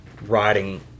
riding